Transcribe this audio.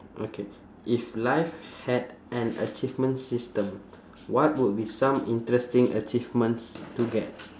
okay if life had an achievement system what would be some interesting achievements to get